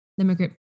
immigrant